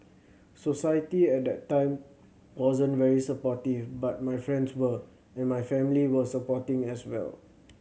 society at that time wasn't very supportive but my friends were and my family were supporting as well